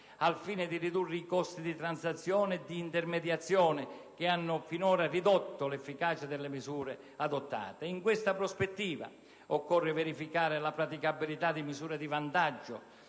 al fine di ridurre i costi di transazione e di intermediazione che hanno finora ridotto l'efficacia delle misure adottate. In questa prospettiva occorre verificare la praticabilità di misure di vantaggio